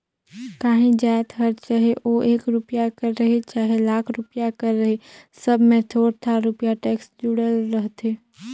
काहीं जाएत हर चहे ओ एक रूपिया कर रहें चहे लाख रूपिया कर रहे सब में थोर थार रूपिया टेक्स जुड़ल रहथे